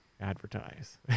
Advertise